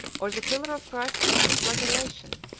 or the pillar of christ's flagellation,